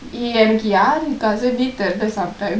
எனக்கு யாரு:enaku yaaru cousin தெரியல:theriyala sometimes